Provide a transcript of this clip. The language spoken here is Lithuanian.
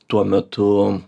tuo metu